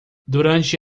durante